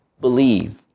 believe